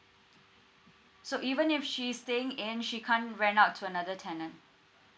so even if she's staying in she can't rent out to another tenant